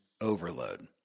overload